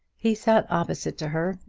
he sat opposite to her,